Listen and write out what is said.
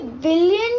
billion